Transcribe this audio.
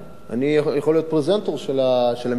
אני יכול להיות פרזנטור של המסעדות האלה.